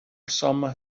some